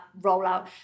rollout